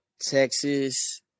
Texas